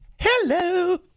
Hello